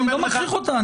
אני לא מגחיך אותה.